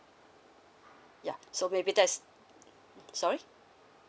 ya so maybe there's sorry